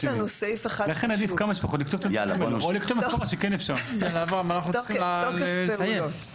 אוקיי, אז תעברו על הסעיף הזה.